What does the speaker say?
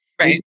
Right